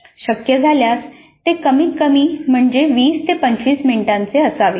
शक्य झाल्यास ते कमीत कमी म्हणजे वीस ते पंचवीस मिनिटांचे असावे